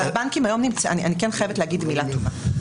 אבל אני כן חייבת להגיד מילה טובה.